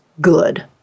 good